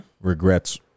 regrets